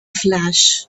flash